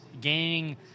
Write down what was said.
gaining